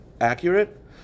accurate